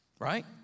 right